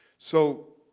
so